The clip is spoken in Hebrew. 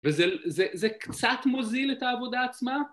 וזה קצת מוזיל את העבודה עצמה